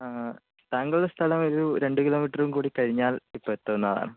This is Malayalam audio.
താങ്കളുടെ സ്ഥലം ഒരു രണ്ട് കിലോമീറ്ററും കൂടി കഴിഞ്ഞാൽ ഇപ്പം എത്തുന്നതാണ്